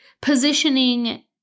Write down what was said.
Positioning